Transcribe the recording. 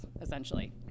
essentially